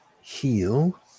heal